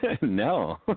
No